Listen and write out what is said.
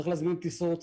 צריך להזמין טיסות,